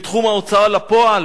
בתחום ההוצאה לפועל?